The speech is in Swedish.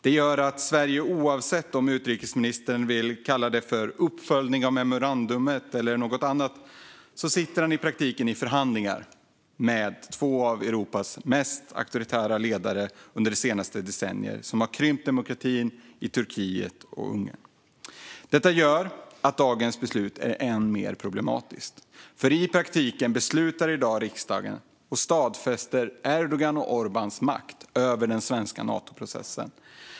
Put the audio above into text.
Det gör att Sverige, oavsett om utrikesministern vill kalla det uppföljning av memorandumet eller något annat, i praktiken sitter i förhandlingar med två av Europas mest auktoritära ledare under det senaste decenniet, som har krympt demokratin i Turkiet och Ungern. Detta gör att dagens beslut är än mer problematiskt, för i praktiken beslutar riksdagen i dag om att stadfästa Erdogans och Orbáns makt över den svenska Natoprocessen.